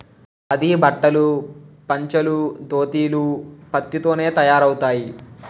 ఖాదీ బట్టలు పంచలు దోతీలు పత్తి తోనే తయారవుతాయి